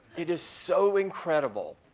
it is so incredible.